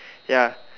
ya